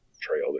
trail